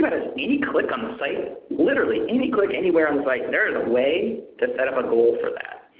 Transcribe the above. but ah any click on the site, literally any click anywhere on the site there is a way to set up a goal for that.